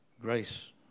grace